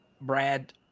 brad